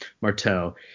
Martel